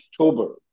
October